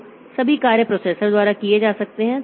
तो सभी कार्य हर प्रोसेसर द्वारा किए जा सकते हैं